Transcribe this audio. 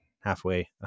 halfway